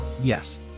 Yes